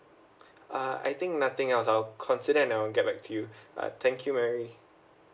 uh I think nothing else I'll consider and I'll get back to you uh thank you very